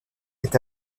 est